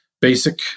basic